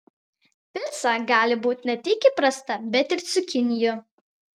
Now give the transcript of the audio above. pica gali būti ne tik įprasta bet ir cukinijų